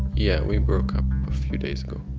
yeah, we broke up a few days ago.